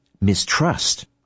mistrust